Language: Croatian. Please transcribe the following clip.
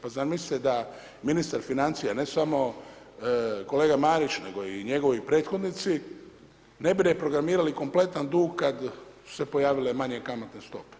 Pa zamislite da ministar financija, ne samo kolega Marić nego i njegovi prethodnici, ne bi reprogramirali kompletan dug kad su se pojavile manje kamatne stope.